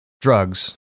drugs